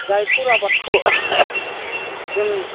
जायफोर आबादखौ जों